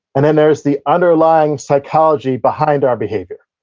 and then there's the underlying psychology behind our behavior,